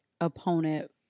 opponent